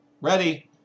ready